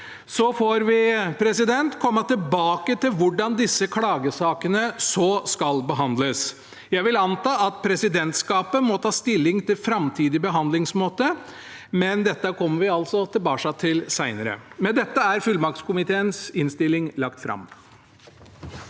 så får vi komme tilbake til hvordan disse klagesakene så skal behandles. Jeg vil anta at presidentskapet må ta stilling til framtidig behandlingsmåte, men dette kommer vi altså tilbake til senere. Med dette er fullmaktskomiteens innstilling lagt fram.